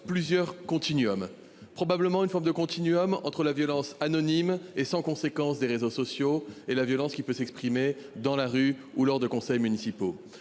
plusieurs continuum probablement une forme de continuum entre la violence anonyme et sans conséquence des réseaux sociaux et la violence qui peut s'exprimer dans la rue ou lors de conseils municipaux.